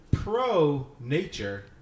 Pro-nature